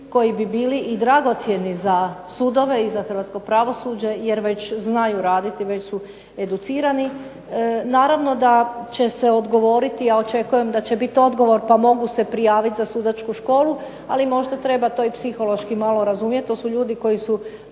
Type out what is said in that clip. koji bi bili i dragocjeni za sudove i za hrvatsko pravosuđe jer već znaju raditi, već su educirani, naravno da će se odgovoriti, ja očekujem da će biti odgovor pa mogu se prijaviti za Sudačku školu, ali možda treba to i psihološki malo razumjeti.